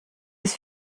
ist